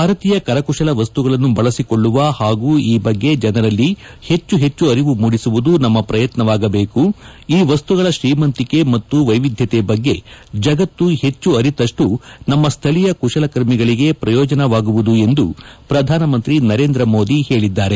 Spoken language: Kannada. ಭಾರತೀಯ ಕರಕುಶಲವಸ್ತುಗಳನ್ನು ಬಳಸಿಕೊಳ್ಳುವ ಹಾಗೂ ಈ ಬಗ್ಗೆ ಜನರಲ್ಲಿ ಹೆಚ್ಚು ಹೆಚ್ಚು ಅರಿವು ಮೂಡಿಸುವುದು ನಮ್ಮ ಪ್ರಯತ್ನವಾಗಬೇಕು ಈ ವಸ್ತುಗಳ ಶ್ರೀಮಂತಿಕೆ ಮತ್ತು ವೈವಿಧ್ಯತೆ ಬಗ್ಗೆ ಜಗತ್ತು ಹೆಚ್ಚು ಅರಿತಷ್ಟೂ ನಮ್ಮ ಸ್ಥಳೀಯ ಕುಶಲಕರ್ಮಿಗಳಿಗೆ ಪ್ರಯೋಜನವಾಗುವುದು ಎಂದು ಪ್ರಧಾನಮಂತ್ರಿ ನರೇಂದ್ರ ಮೋದಿ ಹೇಳಿದ್ದಾರೆ